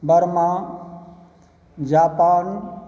Burma Japan